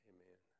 Amen